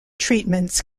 treatments